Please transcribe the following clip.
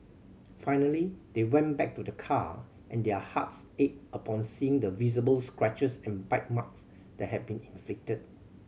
finally they went back to the car and their hearts ached upon seeing the visible scratches and bite marks that had been inflicted